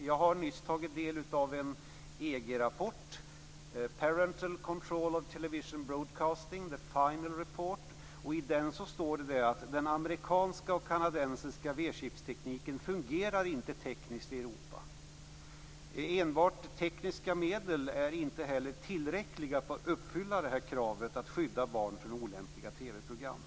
Jag har nyss tagit del av en EG-rapport Parental Control of Television Broadcasting. The Final Report. I den rapporten står det att den amerikanska och kanadensiska V-chipstekniken inte fungerar i Europa. Enbart tekniska medel är inte heller tillräckliga för att uppfylla kravet på att barn skall skyddas från olämpliga TV-program.